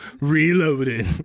reloaded